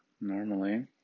normally